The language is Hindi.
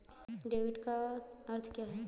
डेबिट का अर्थ क्या है?